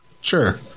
Sure